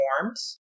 forms